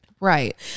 Right